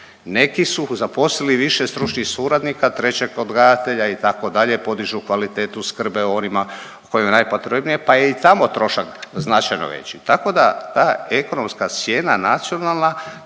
Neki su zaposlili više stručnih suradnika, trećeg odgajatelja itd., podižu kvalitetu, skrbe o onima kojima je najpotrebnije pa je i tamo trošak značajno veći. Tako da ta ekonomska cijena nacionalna